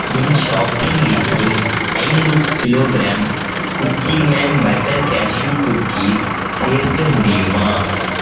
என் shopping லிஸ்டில் ஐந்து kilogram குக்கீங்மேன் பட்டர் கேஷ்யு குக்கீஸ் சேர்க்க முடியுமா